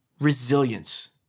resilience